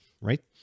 right